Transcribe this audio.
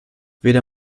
weder